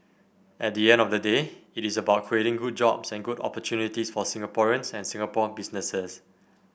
at the end of the day it's about creating good jobs and good opportunities for Singaporeans and Singapore businesses